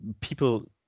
people